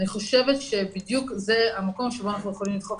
אני חושבת שבדיוק זה המקום שבו אנחנו יכולים לדחוף